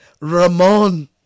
Ramon